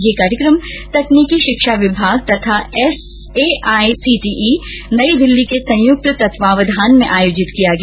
यह कार्यक्रम तकनीकी शिक्षा विभाग तथा एआईसीटीई नई दिल्ली के संयुक्त तत्वाधान में आयोजित किया गया